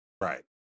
right